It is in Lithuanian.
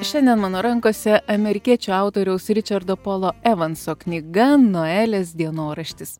šiandien mano rankose amerikiečių autoriaus ričardo polo evanso knyga noelės dienoraštis